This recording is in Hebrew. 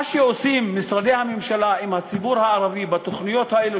מה שעושים משרדי הממשלה עם הציבור הערבי בתוכניות האלה,